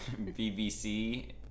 BBC